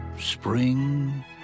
spring